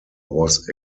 was